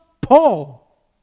Paul